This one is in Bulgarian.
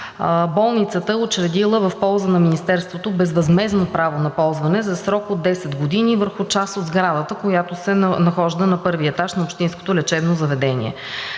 болницата е учредила в полза на Министерството безвъзмездно право на ползване за срок от 10 години върху част от сградата, която се намира на първия етаж на общинското лечебно заведение.